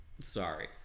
Sorry